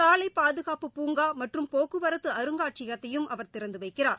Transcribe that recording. சாலை பாதுகாப்பு பூங்கா மற்றும் போக்குவரத்து அருங்காட்சியகத்தையும் அவர் திறந்து வைக்கிறார்